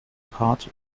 part